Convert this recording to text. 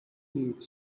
live